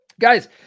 Guys